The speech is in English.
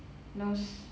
nose